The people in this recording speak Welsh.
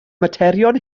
materion